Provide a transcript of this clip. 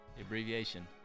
Abbreviation